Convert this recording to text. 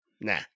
nah